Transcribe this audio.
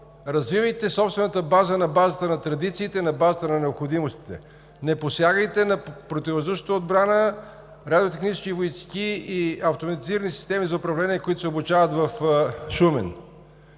развивайте собствената база на базата на традициите, на базата на необходимостите, не посягайте на Противовъздушната отбрана, Радиотехническите войски и Автоматизираните системи за управление, които се обучават в Шумен.